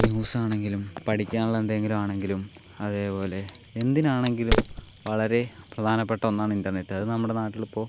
news ആണെങ്കിലും പഠിക്കാനുള്ള എന്തെങ്കിലും ആണങ്കിലും അതേപോലെ എന്തിനാണങ്കിലും വളരെ പ്രധാനപ്പെട്ട ഒന്നാണ് ഇൻ്റർനെറ്റ് അത് നമ്മുടെ നാട്ടിലിപ്പോൾ